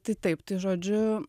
tai taip tai žodžiu